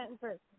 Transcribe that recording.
first